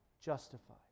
justified